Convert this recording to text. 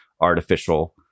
artificial